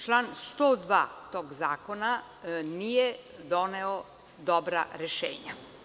Član 102. tog zakona nije doneo dobra rešenja.